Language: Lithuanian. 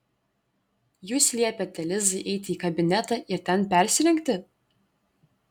jūs liepėte lizai eiti į kabinetą ir ten persirengti